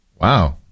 Wow